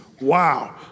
wow